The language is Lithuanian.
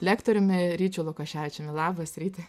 lektoriumi ryčiu lukoševičiumi labas rytas